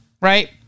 right